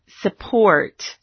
support